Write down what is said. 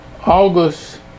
August